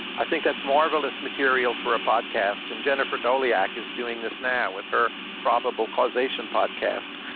i think that's marvelous material for podcast, and jennifer doleac is doing this now with her probable causation podcast.